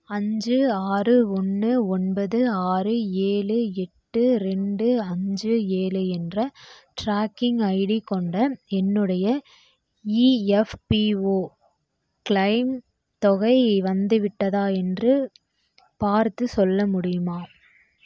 அஞ்சு ஆறு ஒன்று ஒன்பது ஆறு ஏழு எட்டு ரெண்டு அஞ்சு ஏழு என்ற ட்ராக்கிங் ஐடி கொண்ட என்னுடைய இஎஃப்பிஒ க்ளைம் தொகை வந்துவிட்டதா என்று பார்த்துச் சொல்ல முடியுமா